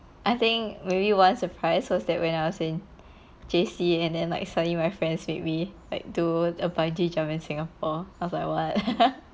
I think maybe one surprise was that when I was in J_C and then like suddenly my friends said we like do a bungee jump in singapore I was like what